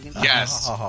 Yes